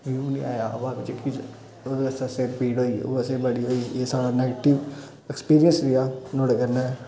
ओह् निं आया जेह्की ओह्दे आस्तै सिर पीड़ होई ओह् असें ई बड़ी एह् साढ़ा नेगेटिव एक्सपीरियंस रेहा नुहाड़े कन्नै